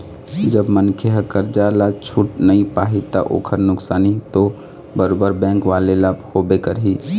जब मनखे ह करजा ल छूट नइ पाही ता ओखर नुकसानी तो बरोबर बेंक वाले ल होबे करही